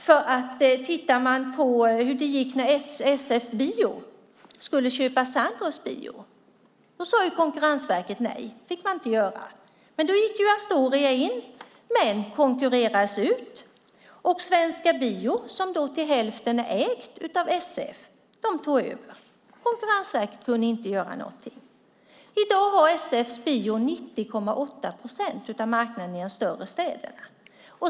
Man kan titta på hur det gick när SF Bio skulle köpa Sandrews. Då sade Konkurrensverket nej. Men så gick Astoria in och konkurrerades ut, och Svenska Bio, som till hälften ägs av SF, tog över. Konkurrensverket kunde inte göra någonting. I dag har SF Bio 90,8 procent av marknaden i de större städerna.